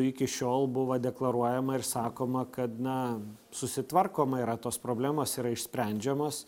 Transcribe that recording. iki šiol buvo deklaruojama ir sakoma kad na susitvarkoma yra tos problemos yra išsprendžiamos